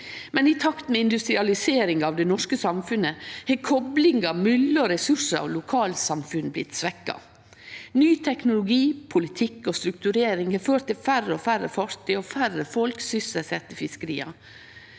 Men i takt med industrialiseringa av det norske samfunnet har koplinga mellom ressursar og lokalsamfunn blitt svekt. Ny teknologi, politikk og strukturering har ført til færre og færre fartøy og færre folk sysselsette i fiskeria.